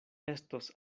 estos